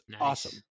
awesome